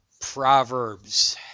Proverbs